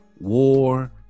war